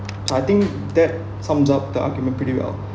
I think that sums up the argument pretty well